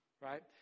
right